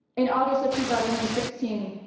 in august of two thousand and sixteen,